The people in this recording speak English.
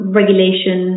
regulation